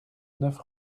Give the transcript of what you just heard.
neuf